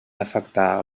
afectar